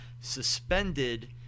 suspended